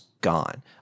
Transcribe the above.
gone